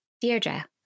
Deirdre